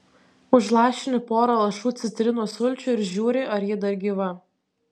užlašini porą lašų citrinos sulčių ir žiūri ar ji dar gyva